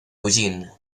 eugene